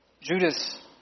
Judas